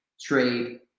trade